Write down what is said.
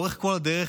לאורך כל הדרך,